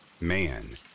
Man